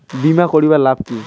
বিমা করির লাভ কি?